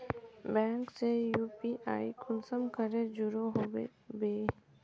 Bank से UPI कुंसम करे जुड़ो होबे बो?